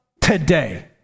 today